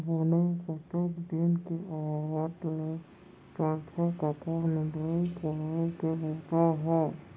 बने कतेक दिन के आवत ले चलथे कका निंदई कोड़ई के बूता ह?